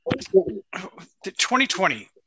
2020